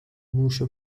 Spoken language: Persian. موشو